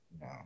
no